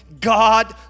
God